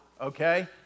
okay